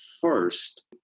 first